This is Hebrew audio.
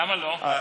למה לא?